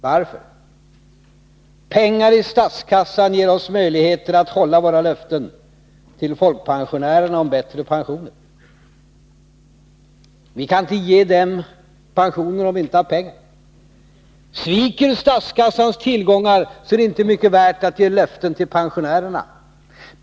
Varför? Pengar i statskassan ger oss möjligheter att hålla våra löften till folkpensionärerna om bättre pensioner. Vi kan inte ge dem pensioner om vi inte har pengar. Sviker statskassans tillgångar, så är det inte mycket värt att ge löften till pensionärerna.